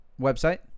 website